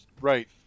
Right